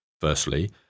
Firstly